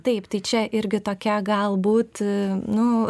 taip tai čia irgi tokia galbūt nu